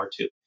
R2